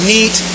Neat